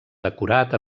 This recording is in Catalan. decorat